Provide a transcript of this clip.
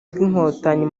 bw’inkotanyi